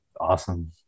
Awesome